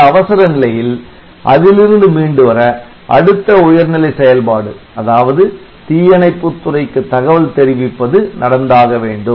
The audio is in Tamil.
இந்த அவசர நிலையில் அதிலிருந்து மீண்டு வர அடுத்த உயர்நிலை செயல்பாடு அதாவது தீயணைப்புத் துறைக்கு தகவல் தெரிவிப்பது நடந்தாக வேண்டும்